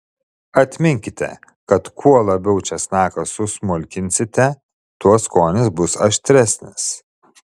atminkite kad kuo labiau česnaką susmulkinsite tuo skonis bus aštresnis